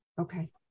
Okay